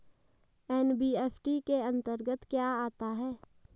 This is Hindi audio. एन.बी.एफ.सी के अंतर्गत क्या आता है?